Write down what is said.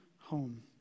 home